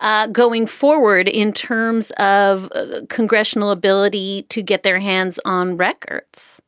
ah going forward in terms of ah congressional ability to get their hands on records?